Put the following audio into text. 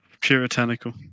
Puritanical